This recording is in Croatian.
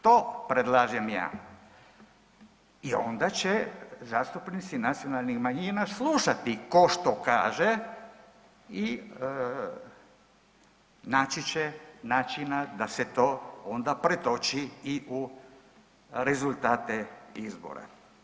To predlažem ja i onda će zastupnici nacionalnih manjina slušati ko što kaže i naći će načina da se to onda pretoči i u rezultate izbora.